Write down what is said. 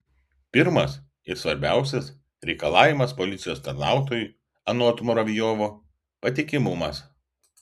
pirmas ir svarbiausias reikalavimas policijos tarnautojui anot muravjovo patikimumas